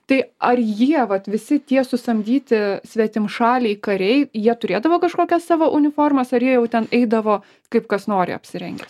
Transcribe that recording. tai ar jie vat visi tie susamdyti svetimšaliai kariai jie turėdavo kažkokias savo uniformas ar jie jau ten eidavo kaip kas nori apsirengęs